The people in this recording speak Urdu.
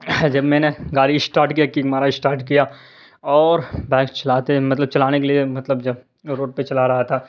جب میں نے گاڑی اسٹارٹ کیا کک مارا اسٹارٹ کیا اور بائک چلاتے مطلب چلانے کے لیے مطلب جب روڈ پہ چلا رہا تھا